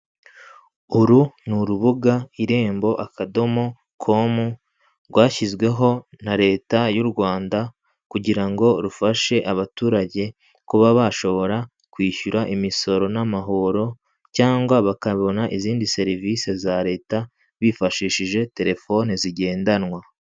Uru ni urubuga irembo, akadomo, komu, rwashyizweho na leta y'u Rwanda, kugira ngo rufashe abaturage kuba bashobora kwishyura imisoro n'amahoro, cyangwa bakabona izindi serivise za leta bifashishije telefone zigendanwa.